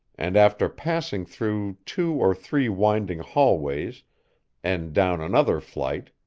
and after passing through two or three winding hallways and down another flight,